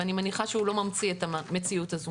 ואני מניחה שהוא לא ממציא את המציאות הזו